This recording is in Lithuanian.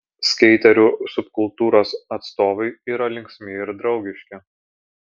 skeiterių subkultūros atstovai yra linksmi ir draugiški